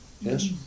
Yes